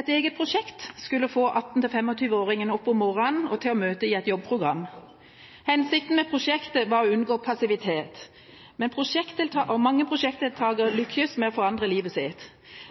Et eget prosjekt skulle få 18–25-åringene opp om morgenen og til å møte i et jobbprogram. Hensikten med prosjektet var å unngå passivitet, og mange prosjektdeltakere lyktes med å forandre livet sitt.